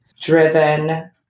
driven